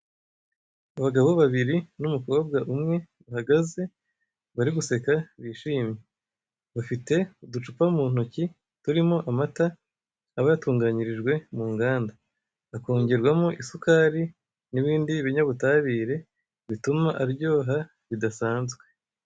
Abagabo babiri n'umukobwa umwe bahagaze bari guseka bishimye. Bafite uducupa mu ntoki turimo amata aba yatunganyirijwe mu nganda, hakongerwamo isukari n'ibindi binyabutabire bituma aryoha bidasanzwe.